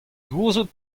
gouzout